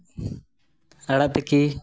ᱟᱲᱟᱜ ᱛᱤᱠᱤ